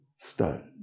stone